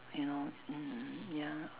you know mm ya